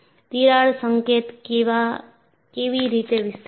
તિરાડ સંકેત કેવી રીતે વિસ્તરે છે